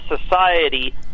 society